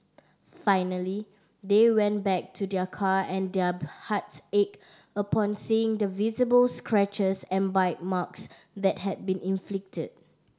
finally they went back to their car and their hearts ached upon seeing the visible scratches and bite marks that had been inflicted